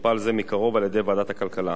שטופל זה מקרוב על-ידי ועדת הכלכלה.